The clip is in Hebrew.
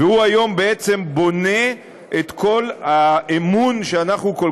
והוא היום בעצם בונה את כל האמון שאנחנו כל